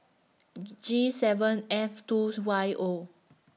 G seven F two Y O